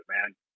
man